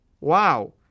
Wow